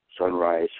sunrise